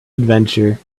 adventure